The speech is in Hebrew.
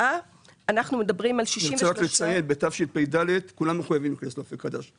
צריך לציין שבתשפ"ד כולם חייבים להיכנס לאופק חדש.